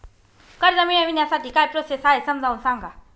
कर्ज मिळविण्यासाठी काय प्रोसेस आहे समजावून सांगा